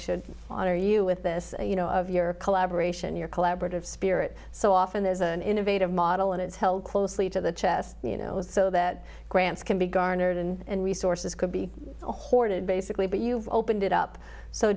should honor you with this you know of your collaboration your collaborative spirit so often there's an innovative model and it's held closely to the chest you know so that grants can be garnered and resources could be hoarded basically but you've opened it up so